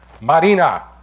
Marina